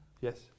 Yes